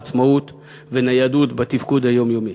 עצמאות וניידות בתפקוד היומיומי.